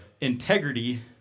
integrity